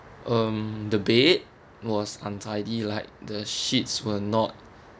um the bed was untidy like the sheets were not